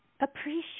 Appreciate